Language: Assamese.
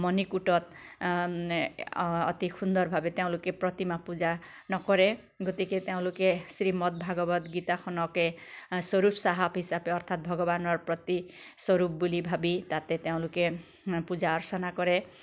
মণিকূটত অতি সুন্দৰভাৱে তেওঁলোকে প্ৰতিমা পূজা নকৰে গতিকে তেওঁলোকে শ্ৰীমদ্ভাগৱত গীতাখনকে স্বৰূপ চাহাব হিচাপে অৰ্থাৎ ভগৱানৰ প্ৰতীক স্বৰূপ বুলি ভাবি তাতে তেওঁলোকে পূজা অৰ্চনা কৰে